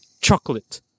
Chocolate